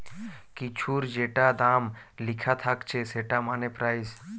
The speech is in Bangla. কিছুর যেটা দাম লিখা থাকছে সেটা মানে প্রাইস